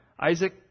Isaac